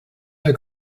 der